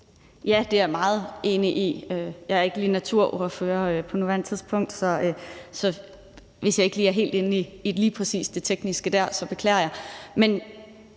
Det er jeg meget enig i. Jeg er ikke lige naturordfører på nuværende tidspunkt, så hvis ikke lige jeg er helt inde i lige præcis det tekniske dér, beklager jeg.